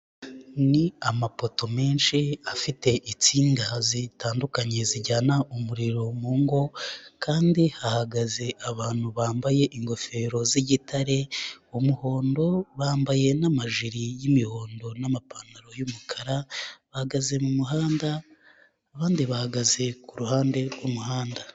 Ni amapoto menshi afite insinga zitandukanye zijyana umuriro mu ngo kandi hahagaze abantu bambaye ingofero z'igitare, umuhondo, bambaye n'amajiri y'imihondo n'amapantaro y'umukara, bahagaze mu muhanda, abandi bahagaze ku ruhande rw'umuhanda.